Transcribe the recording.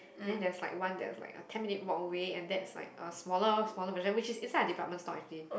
then there is like one like there is like ten minutes walk away and that is like smaller smaller version which is inside a department store actually